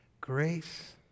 grace